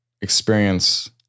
experience